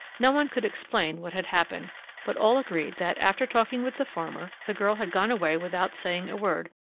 no one could explain what had happened but all agreed that, after talking with the farmer, the girl had gone away without saying a word,